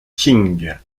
qing